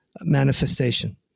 manifestation